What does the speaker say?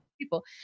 people